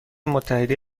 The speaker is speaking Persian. متحده